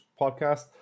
podcast